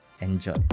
Enjoy